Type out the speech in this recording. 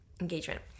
engagement